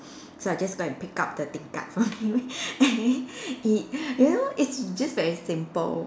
so I just go and pick up the tingkat from him y~ you know it's just very simple